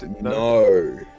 No